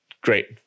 Great